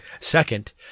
Second